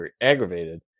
aggravated